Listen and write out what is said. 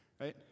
right